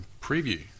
preview